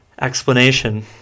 Explanation